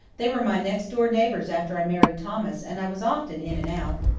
they were my next door neighbours after i married thomas, and i was often in and out.